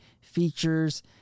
features